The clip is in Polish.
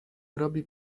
robi